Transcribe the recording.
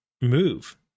move